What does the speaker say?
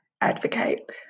advocate